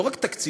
לא רק תקציבים,